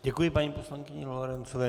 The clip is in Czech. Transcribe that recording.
Děkuji paní poslankyni Lorencové.